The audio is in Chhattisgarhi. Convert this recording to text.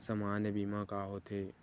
सामान्य बीमा का होथे?